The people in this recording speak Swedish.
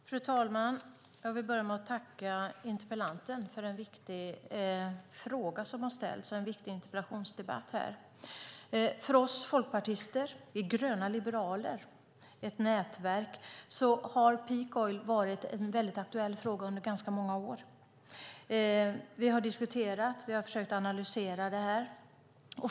Fru talman! Jag vill börja med att tacka interpellanten för en viktig fråga som har ställts och en viktig interpellationsdebatt. För oss folkpartister, vi i nätverket Gröna Liberaler, har peak oil varit en väldigt aktuell fråga under ganska många år. Vi har diskuterat och vi har försökt analysera det här.